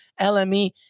LME